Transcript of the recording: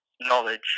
knowledge